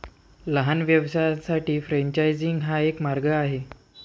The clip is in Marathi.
लहान व्यवसायांसाठी फ्रेंचायझिंग हा एक मार्ग आहे